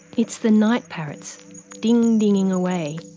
it's the night parrots ding-dinging away.